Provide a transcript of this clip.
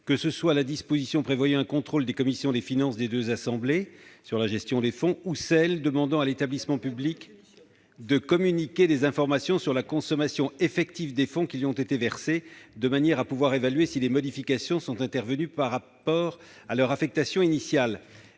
que ce soit la disposition prévoyant un contrôle des commissions des finances des deux assemblées sur la gestion des fonds ... Si cet amendement est adopté, je démissionne !... ou celle disposant que l'établissement public doit communiquer des informations sur la consommation effective des fonds qui lui ont été versés, de manière à pouvoir évaluer si des modifications sont intervenues par rapport à leur affectation initiale.